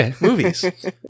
movies